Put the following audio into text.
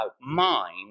mind